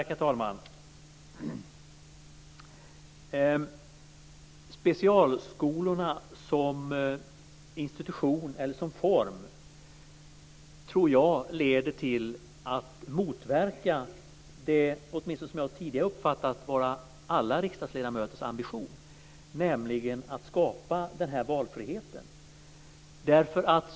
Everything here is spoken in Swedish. Herr talman! Specialskolorna som institution eller som form tror jag leder till att motverka det som jag åtminstone tidigare har uppfattat vara alla riksdagsledamöters ambition, nämligen att skapa valfrihet.